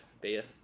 beer